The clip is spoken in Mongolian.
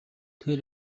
тэр